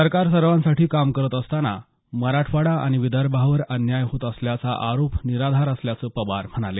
सरकार सर्वांसाठी काम करत असताना मराठवाडा आणि विदर्भावर अन्याय होत असल्याचा आरोप निराधार असल्याचं पवार म्हणाले